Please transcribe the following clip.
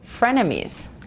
frenemies